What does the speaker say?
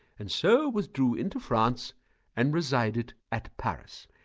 and so withdrew into france and resided at paris.